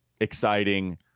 exciting